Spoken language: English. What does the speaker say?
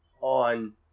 on